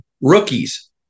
rookies